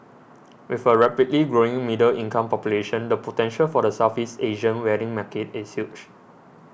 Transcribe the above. with a rapidly growing middle income population the potential for the Southeast Asian wedding market is huge